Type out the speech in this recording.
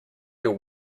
your